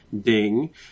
ding